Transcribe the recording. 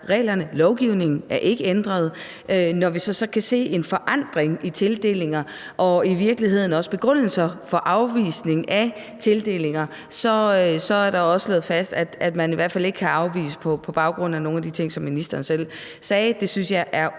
reglerne og lovgivningen ikke er ændret. Når man så kan se en forandring i tildelingerne og i virkeligheden også i begrundelserne for afvisning af tildelinger, er det også slået fast, at man i hvert fald ikke kan afvise det på baggrund af nogle af de ting, som ministeren selv sagde. Det er